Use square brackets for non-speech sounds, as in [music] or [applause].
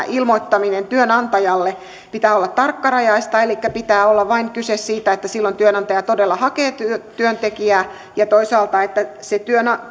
[unintelligible] ilmoittamisen työnantajalle pitää olla tarkkarajaista elikkä pitää olla vain kyse siitä että silloin työnantaja todella hakee työntekijää ja toisaalta että se